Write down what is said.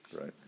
right